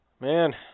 Man